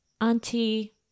auntie